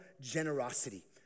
generosity